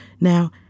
now